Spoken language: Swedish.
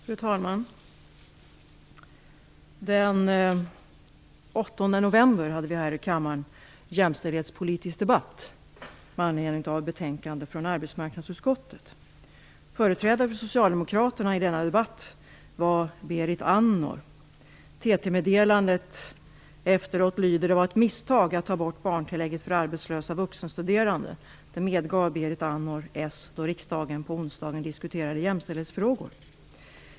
Fru talman! Den 8 november hade vi här i kammaren en jämställdhetspolitisk debatt med anledning av ett betänkande från arbetsmarknadsutskottet. Företrädare för Socialdemokraterna i denna debatt var Berit Andnor. TT-meddelandet efteråt lyder: Det var ett misstag att ta bort barntillägget för arbetslösa vuxenstuderande. Det medgav Berit Andnor då riksdagen på onsdagen diskuterade jämställdhetsfrågor.